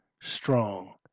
strong